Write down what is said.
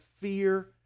fear